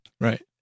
right